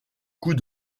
coups